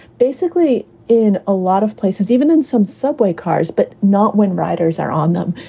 basically in a lot of places, even in some subway cars. but not when riders are on them,